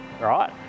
right